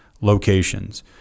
locations